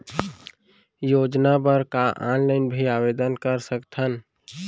योजना बर का ऑनलाइन भी आवेदन कर सकथन?